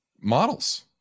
models